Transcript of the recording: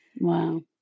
Wow